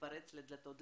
להתפרץ לדלתות פתוחות.